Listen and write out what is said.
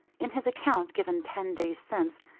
in his account given ten days since,